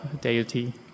deity